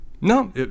No